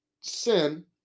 sin